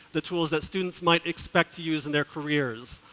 the tools that students might expect to use in their careers,